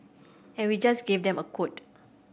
and we just gave them a quote